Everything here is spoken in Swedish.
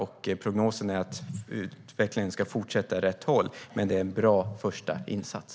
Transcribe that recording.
Men prognosen är att utvecklingen kommer att fortsätta åt rätt håll, och det är en bra första insats.